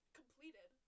completed